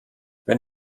wenn